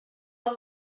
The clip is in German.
aus